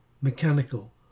mechanical